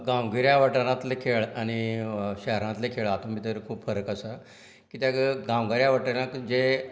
गांवगिऱ्यां वाठारांतलें खेळ आनी शारांतलें खेळ हातूंत भितर खूब फरक आसा कित्याक गांवगिऱ्यां वाठारांत जें